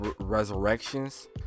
resurrections